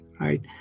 right